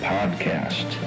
Podcast